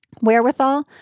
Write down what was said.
wherewithal